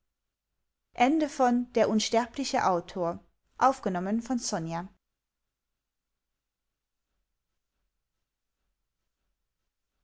der unsterbliche autor